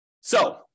So-